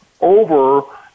over